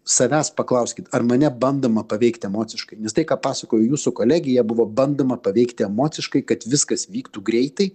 savęs paklauskit ar mane bandoma paveikti emociškai nes tai ką pasakojo jūsų kolegė ją buvo bandoma paveikti emociškai kad viskas vyktų greitai